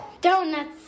Donuts